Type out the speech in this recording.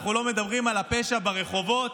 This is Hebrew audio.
אנחנו לא מדברים על הפשע ברחובות.